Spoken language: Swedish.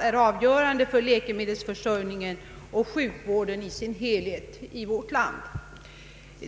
är avgörande för läkemedelsförsörjningen och sjukvården i dess helhet i vårt land.